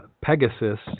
Pegasus